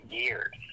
years